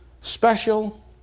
special